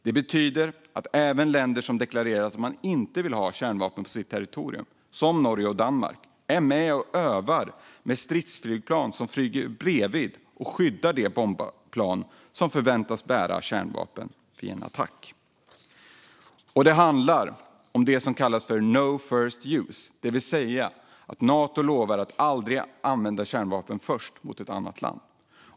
Det betyder att även länder som deklarerat att de inte vill ha kärnvapen på sitt territorium, som Norge och Danmark, är med och övar med stridsflygplan som flyger bredvid och skyddar de bombplan som förväntas bära kärnvapen vid en attack. Det handlar också om det som kallas no first use, det vill säga att Nato lovar att aldrig vara först att använda kärnvapen mot ett annat land.